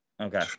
Okay